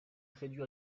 réduire